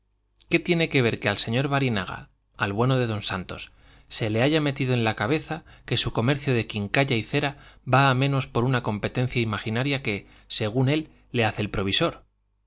qué tiene que ver que al señor barinaga al bueno de don santos se le haya metido en la cabeza que su comercio de quincalla y cera va a menos por una competencia imaginaria que según él le hace el provisor